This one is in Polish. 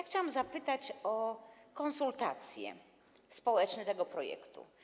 Chciałam zapytać o konsultacje społeczne tego projektu.